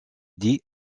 dit